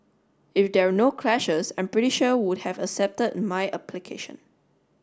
if there no clashes I'm pretty sure would have accepted my application